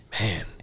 Man